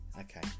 okay